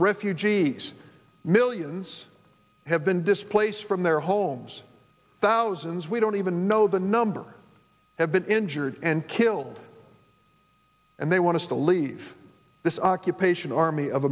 refugees millions have been displaced from their homes thousands we don't even know the number have been injured and killed and they want to leave this occupation army of